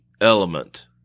element